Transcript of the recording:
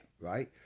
right